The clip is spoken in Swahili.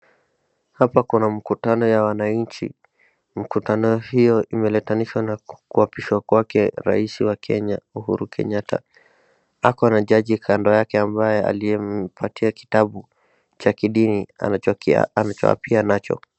Hapa kuna mkutano ya wananchi. Mkutano hio imeletanishwa na kuapishwa kwake rais wa Kenya, Uhuru Kenyatta. Ako na jaji kando yake ambaye aliyempatia kitabu cha kidini, anachoki, anachoapia nacho.